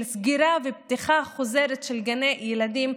של סגירה ופתיחה חוזרת של גני ילדים,